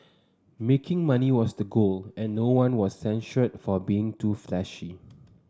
making money was the goal and no one was censured for being too flashy